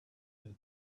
had